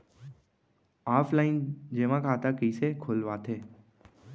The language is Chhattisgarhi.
ऑफलाइन जेमा खाता कइसे खोलवाथे?